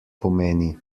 pomeni